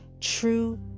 true